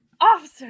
officer